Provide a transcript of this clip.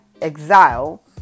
Exile